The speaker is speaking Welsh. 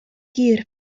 gur